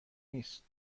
نیست